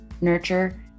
nurture